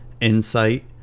insight